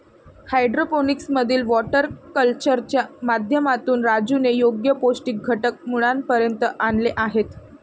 hydroponics मधील water कल्चरच्या माध्यमातून राजूने योग्य पौष्टिक घटक मुळापर्यंत आणले आहेत